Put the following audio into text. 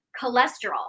cholesterol